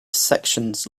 sections